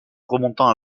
remontant